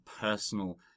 personal